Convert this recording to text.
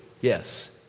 yes